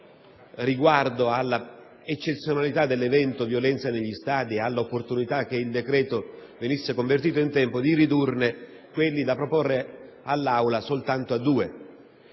riguardo all'eccezionalità dell'evento «violenza negli stadi» e all'opportunità che il decreto venisse convertito in tempo, di ridurre soltanto a due